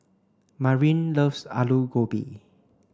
Marin loves Alu Gobi